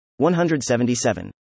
177